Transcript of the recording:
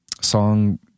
song